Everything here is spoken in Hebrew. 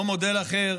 או מודל אחר,